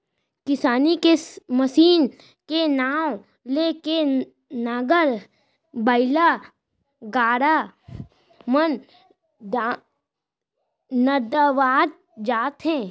किसानी के मसीन के नांव ले के नांगर, बइला, गाड़ा मन नंदावत जात हे